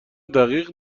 دقیق